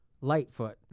lightfoot